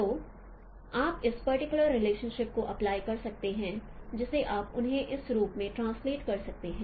तो आप इस पर्टिकुलर रिलेशनशिप को अप्लाई कर सकते हैं जिसे आप उन्हें इस रूप में ट्रांसलेट कर सकते हैं